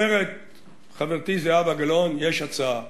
אומרת חברתי זהבה גלאון: יש הצעה,